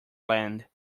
land